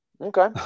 Okay